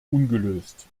ungelöst